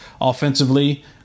offensively